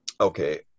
okay